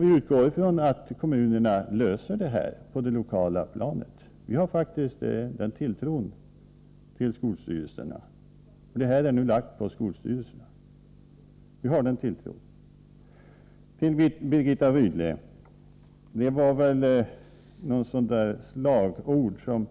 Vi utgår från att man i kommunerna löser det här på det lokala planet. Den tilltron hyser vi faktiskt till skolstyrelserna, som handhar den här frågan. Jag antar att det var något slags slagord som